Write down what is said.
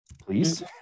please